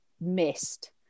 missed